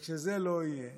וכשזה לא יהיה